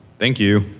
thank you.